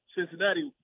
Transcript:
Cincinnati